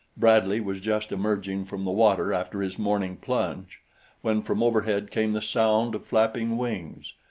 bradley was just emerging from the water after his morning plunge when from overhead came the sound of flapping wings.